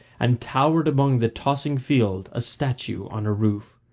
and towered above the tossing field, a statue on a roof.